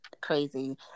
crazy